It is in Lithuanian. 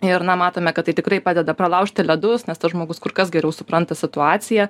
ir na matome kad tai tikrai padeda pralaužti ledus nes tas žmogus kur kas geriau supranta situaciją